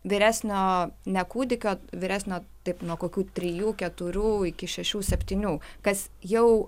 vyresnio ne kūdikio vyresnio taip nuo kokių trijų keturių iki šešių septynių kas jau